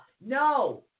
no